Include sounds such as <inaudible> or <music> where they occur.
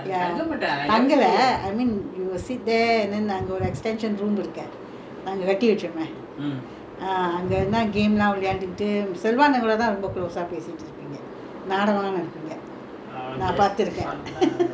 அங்க கட்டி வெச்சோமோ:angga katti vechomae uh அங்கதா:anggathaa game lah விளையாண்டுகிட்டு:vilaiyaandukittu selva அண்ண கூடதா ரொம்ப:anna koodathaa romba close சா பேசிட்டு இருப்பீங்க நாடகம்லா நடிப்பீங்க நா பாத்துருக்கே:saa pesittu irupeengga naadagamlaa nadipingga naa paathurukkae <laughs> mm always see you playing your [what] your drama all down there